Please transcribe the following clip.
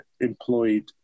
employed